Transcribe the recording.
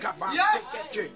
Yes